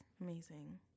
Amazing